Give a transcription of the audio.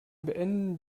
beenden